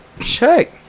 check